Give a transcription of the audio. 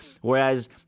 Whereas